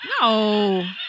No